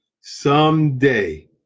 someday